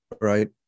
right